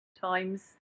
times